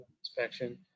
inspection